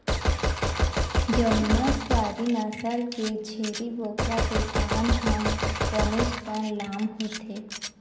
जमुनापारी नसल के छेरी बोकरा के कान ह बनेचपन लाम होथे